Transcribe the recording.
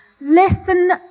Listen